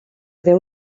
deu